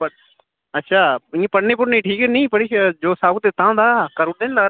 पर अच्छा इ'यां पढ़ने पुढ़ने ई ठीक न निं पर जो सबक दित्ते दा होंदा करी ओड़दे न निं लर्न